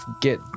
get